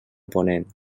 ponent